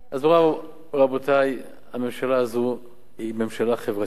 אז נאמר, רבותי, הממשלה הזו היא ממשלה חברתית.